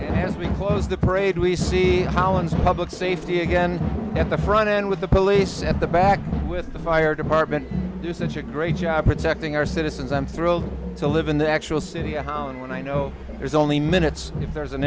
play as we close the parade we see hollins public safety again at the front end with the police at the back with the fire department do such a great job protecting our citizens i'm thrilled to live in the actual city i found when i know there's only minutes if there's an